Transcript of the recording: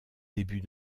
début